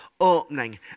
opening